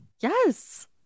Yes